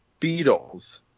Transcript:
beatles